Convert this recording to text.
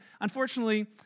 Unfortunately